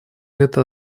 это